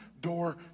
door